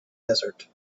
desert